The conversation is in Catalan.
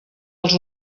als